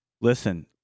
listen